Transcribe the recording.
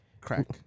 Crack